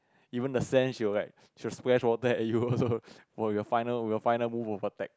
even the sand she will like she will splash water at you also your final your final move will protect